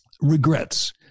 regrets